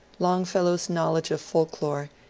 longfellow's knowledge of folk-lore,